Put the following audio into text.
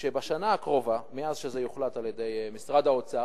שבשנה הקרובה, לאחר שזה יוחלט במשרד האוצר,